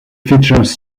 features